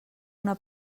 una